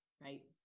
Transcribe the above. right